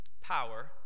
power